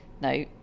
No